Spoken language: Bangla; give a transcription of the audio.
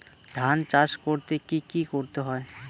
ধান চাষ করতে কি কি করতে হয়?